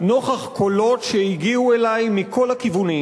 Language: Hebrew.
נוכח קולות שהגיעו אלי מכל הכיוונים